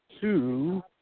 two